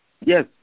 yes